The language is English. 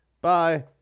Bye